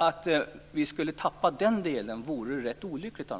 Att vi skulle förlora den delen anser jag vore olyckligt. Jag